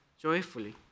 joyfully